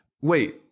wait